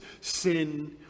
sin